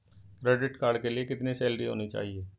Credit card के लिए कितनी सैलरी होनी चाहिए?